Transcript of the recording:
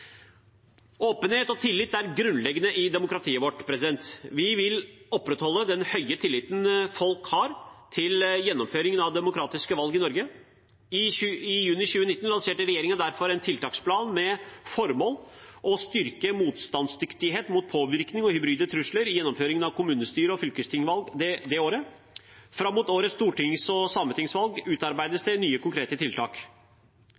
Åpenhet og tillit er grunnleggende i demokratiet vårt. Vi vil opprettholde den høye tilliten folk har til gjennomføringen av demokratiske valg i Norge. I juni 2019 lanserte regjeringen derfor en tiltaksplan med formål å styrke motstandsdyktigheten mot påvirkning og hybride trusler i gjennomføringen av kommunestyre- og fylkestingsvalg det året. Fram mot årets stortingsvalg og sametingsvalg utarbeides det nye konkrete tiltak.